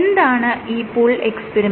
എന്താണ് ഈ pull experiment